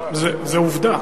זו עובדה.